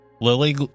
lily